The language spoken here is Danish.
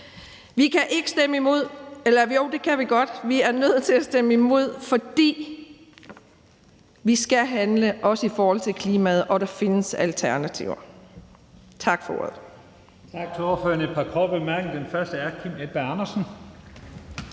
han kan tage med på sin færd ud i det danske land. Vi er nødt til at stemme imod, for vi skal handle, også i forhold til klimaet, og der findes alternativer. Tak for ordet.